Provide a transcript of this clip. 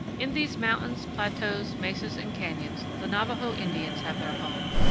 in these mountains, plateaus, mesas, and canyons the navajo indians have their home.